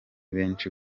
benshi